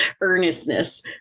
earnestness